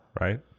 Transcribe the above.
right